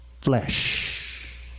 flesh